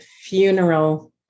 funeral